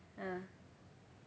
ah